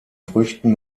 früchten